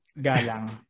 Galang